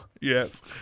Yes